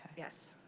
yes.